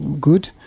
good